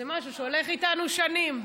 וזה משהו שהולך איתנו שנים.